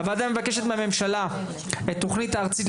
הוועדה מבקשת מהממשלה את תוכנית הארצית,